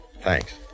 thanks